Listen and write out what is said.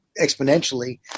exponentially